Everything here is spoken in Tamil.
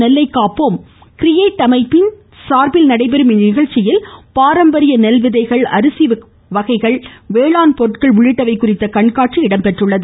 நெல்லைக் காப்போம் கிரியேட் அமைப்பின் சார்பில் நடைபெறும் நமகி இந்நிகழ்ச்சியில் பாரம்பரிய நெல்விதைகள் அரிசி வகைகள் வேளாண் பொருட்கள் உள்ளிட்டவை குறித்த கண்காட்சி இடம்பெற்றுள்ளது